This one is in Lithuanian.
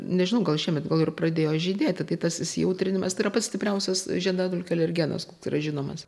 nežinau gal šiemet gal jau ir pradėjo žydėti tai tas įsijautrinimas tai yra pats stipriausias žiedadulkių alergenas koks yra žinomas